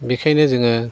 बेखायनो जोङो